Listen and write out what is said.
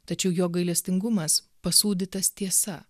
tačiau jo gailestingumas pasūdytas tiesa